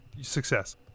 Success